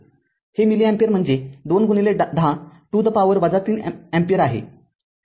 हे milli ampere म्हणजे २१० to the power ३ ampere आहे